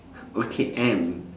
okay N